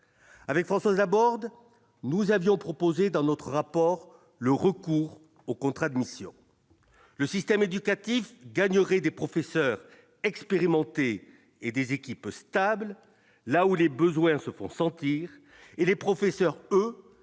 avec Françoise Laborde, nous avions proposé dans notre rapport, le recours aux contrats de mission, le système éducatif gagnerait des professeurs expérimentés et des équipes stables, là où les besoins se font sentir et les professeurs, eux,